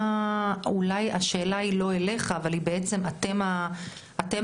אולי השאלה היא לא אליך אבל בעצם אתם המודל,